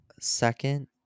Second